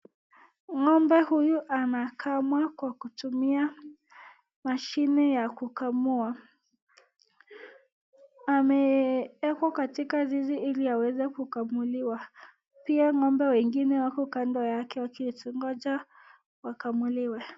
Ng'ombe huyu anakamwa kwa kutumia mashine ya kukamua, amewekwa katika zizi ili aweze kukamuliwa, pia ng'ombe wengine wako kando yake wakingoja wakamuliwe.